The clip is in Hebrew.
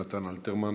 של נתן אלתרמן,